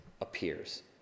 appears